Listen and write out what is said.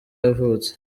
yavutse